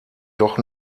doch